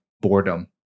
boredom